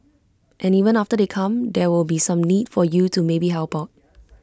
and even after they come there will be some need for you to maybe help out